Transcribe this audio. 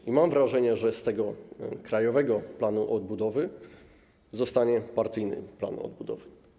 I mam wrażenie, że z tego Krajowego Planu Odbudowy zostanie partyjny plan odbudowy.